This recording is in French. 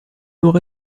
nord